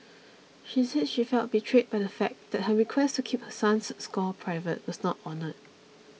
she said she felt betrayed by the fact that her request to keep her son's score private was not honoured